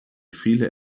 viele